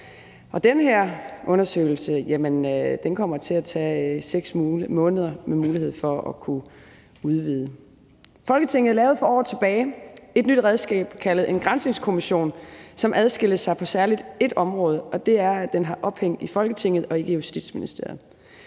kommer til at tage 6 måneder med mulighed for at kunne udvides. Folketinget lavede for år tilbage et nyt redskab kaldet en granskningskommission, som særlig på ét område skiller sig ud, og det er ved, at den har ophæng i Folketinget og ikke i Justitsministeriet.